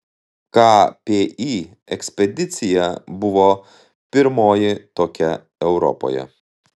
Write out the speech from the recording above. kpi ekspedicija buvo pirmoji tokia europoje